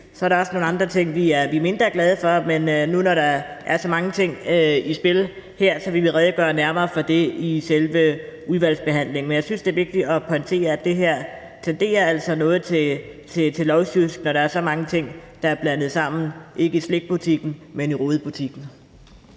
Så er der også nogle andre ting, vi er mindre glade for, men nu når der er så mange ting i spil her, vil vi redegøre nærmere for det i selve udvalgsbehandlingen. Men jeg synes, det er vigtigt at pointere, at det her altså tenderer noget til lovsjusk, når der er så mange ting, der er blandet sammen – ikke i slikbutikken, men i rodebutikken.